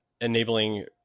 enabling